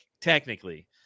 technically